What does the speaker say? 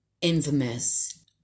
Infamous